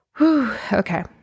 okay